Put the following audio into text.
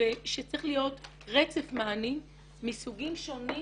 שצריך להיות רצף מענים מסוגים שונים